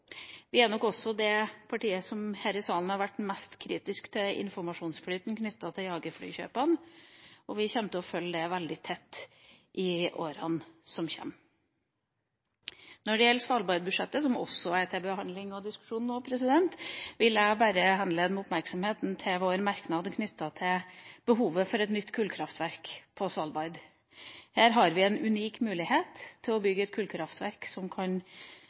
Vi er nok også det partiet som her i salen har vært mest kritisk til informasjonsflyten knyttet til jagerflykjøpene, og vi kommer til å følge det veldig tett i årene som kommer. Når det gjelder Svalbard-budsjettet, som også er til behandling og diskusjon nå, vil jeg bare henlede oppmerksomheten til vår merknad knyttet til behovet for et nytt kullkraftverk på Svalbard. Her har vi en unik mulighet til å bygge et kullkraftverk med CO2-rensing, og som også kan